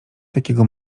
takiego